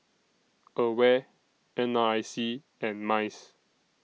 AWARE N R I C and Mice